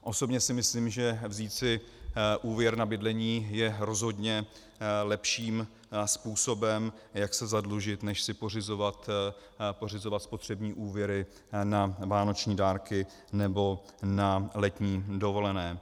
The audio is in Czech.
Osobně si myslím, že vzít si úvěr na bydlení je rozhodně lepším způsobem, jak se zadlužit, než si pořizovat spotřební úvěry na vánoční dárky nebo na letní dovolené.